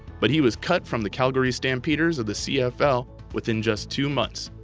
but he was cut from the calgary stampeders of the cfl within just two months.